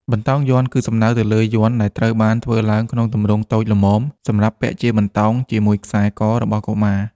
បន្តោងយ័ន្ត គឺសំដៅទៅលើយ័ន្តដែលត្រូវបានធ្វើឡើងក្នុងទម្រង់តូចល្មម សម្រាប់ពាក់ជាបន្តោងជាមួយខ្សែករបស់កុមារ។